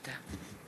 תודה.